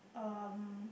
um